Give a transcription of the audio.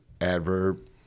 adverb